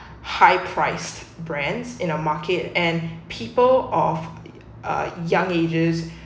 high priced brands in the market and people of uh young ages